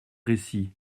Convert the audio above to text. récits